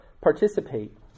participate